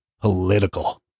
Political